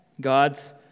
God's